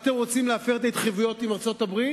אתם רוצים להפר את ההתחייבויות עם ארצות-הברית,